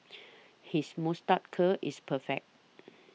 his moustache curl is perfect